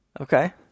Okay